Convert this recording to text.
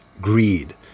greed